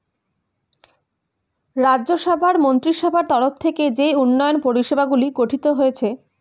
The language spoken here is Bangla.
রাজ্য সভার মন্ত্রীসভার তরফ থেকে যেই উন্নয়ন পরিষেবাগুলি গঠিত হয়েছে